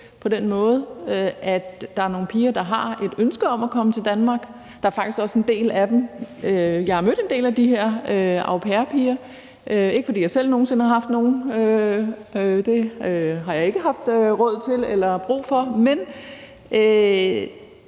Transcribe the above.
der er nogle piger, der har et ønske om at komme til Danmark. Jeg har mødt en del af de her au papirer. Det er ikke, fordi jeg selv nogen sinde har haft nogen; det har jeg ikke haft råd til eller brug for.